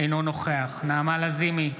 אינו נוכח נעמה לזימי,